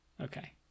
okay